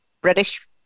British